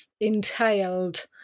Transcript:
entailed